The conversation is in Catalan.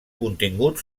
contingut